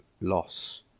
loss